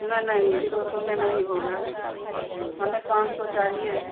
नहीं नहीं दो सौ में नहीं होगा हमें पान सौ चाहिए